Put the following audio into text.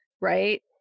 Right